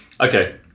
Okay